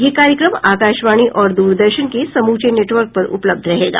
यह कार्यक्रम आकाशवाणी और द्रदर्शन के समूचे नेटवर्क पर उपलब्ध रहेगा